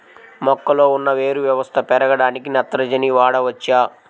మొక్కలో ఉన్న వేరు వ్యవస్థ పెరగడానికి నత్రజని వాడవచ్చా?